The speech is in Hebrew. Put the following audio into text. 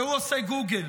והוא, עושה גוגל.